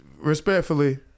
respectfully